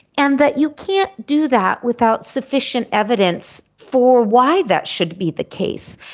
and that you can't do that without sufficient evidence for why that should be the case.